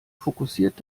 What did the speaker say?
fokussiert